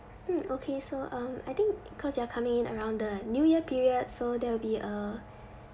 mm okay so um I think cause you are coming in around the new year period so there will be a